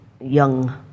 young